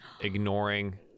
ignoring